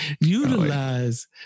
Utilize